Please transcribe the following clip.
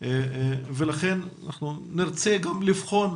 ולכן אנחנו נרצה גם לבחון